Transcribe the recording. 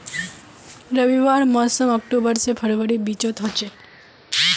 रविर मोसम अक्टूबर से फरवरीर बिचोत होचे